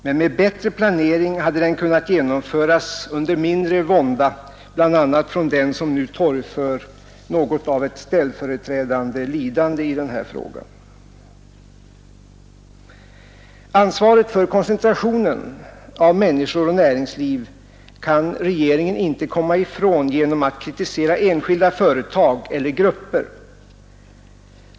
Men med bättre planering hade den kunnat genomföras under mindre vånda bland annat från dem som nu torgför något av ett ställföreträdande lidande i den här frågan. Ansvaret för koncentrationen av människor och näringsliv kan regeringen inte komma ifrån genom att kritisera enskilda företag eller enskilda grupper.